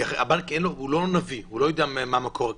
כי הבנק לא יודע מה מקור הכסף.